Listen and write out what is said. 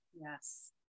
Yes